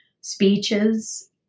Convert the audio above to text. speeches